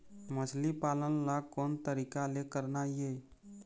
मछली पालन ला कोन तरीका ले करना ये?